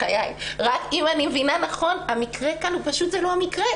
אם אני מבינה נכון, המרה כאן הוא לא המקרה.